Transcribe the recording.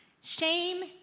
Shame